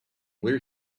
where